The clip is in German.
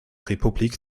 republik